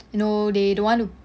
you know they don't want to